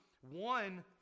one